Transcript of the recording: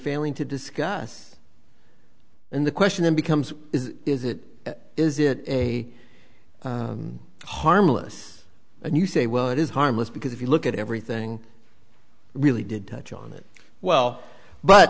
failing to discuss and the question then becomes is is it is it a harmless and you say well it is harmless because if you look at everything really did touch on it well but